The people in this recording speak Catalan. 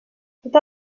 tota